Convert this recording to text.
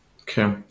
Okay